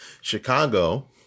Chicago